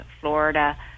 Florida